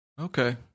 okay